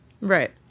right